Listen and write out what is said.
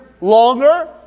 longer